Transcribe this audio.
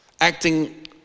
acting